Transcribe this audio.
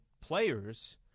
players